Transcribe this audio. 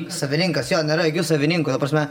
savininkas jo nėra jokių savininkų ta prasme